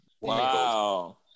wow